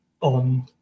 on